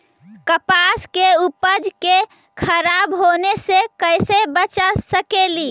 कपास के उपज के खराब होने से कैसे बचा सकेली?